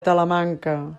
talamanca